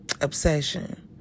obsession